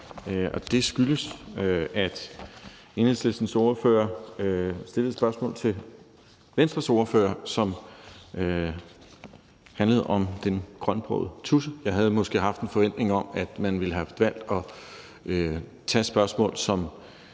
Og det skyldes, at Enhedslistens ordfører stillede et spørgsmål til Venstres ordfører, som handlede om den grønbrogede tudse. Jeg havde måske haft en forventning om, at man ville have valgt at stille spørgsmål, der